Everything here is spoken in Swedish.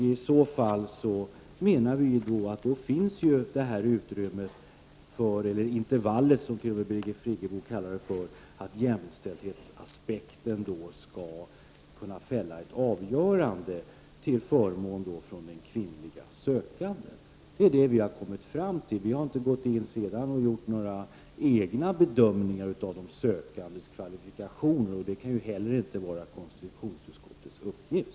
I så fall finns det utrymme, eller ett intervall, som Birgit Friggebo kallar det, för att jämställdhetsaspekten skall kunna fälla avgörandet till förmån för den kvinnliga sökanden. Det är det vi har kommit fram till. Vi har inte gått in och gjort några egna bedömningar av de sökandes kvalifikationer, och det kan inte heller vara konstitutionsutskottets uppgift.